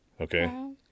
Okay